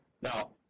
Now